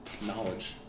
Knowledge